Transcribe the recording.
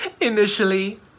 initially